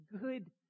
good